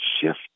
shift